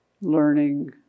learning